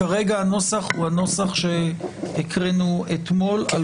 כרגע הנוסח הוא הנוסח שהקראנו אתמול,